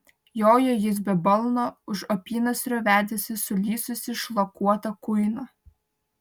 jojo jis be balno už apynasrio vedėsi sulysusį šlakuotą kuiną